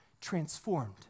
transformed